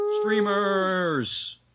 streamers